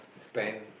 spend